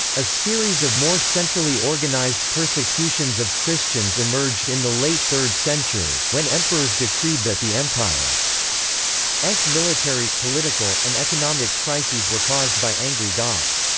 a series of more centrally organized persecutions of christians emerged in the late third century, when emperors decreed that the empire's military, political, and economic crises were caused by angry gods.